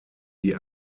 die